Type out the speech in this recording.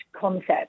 concept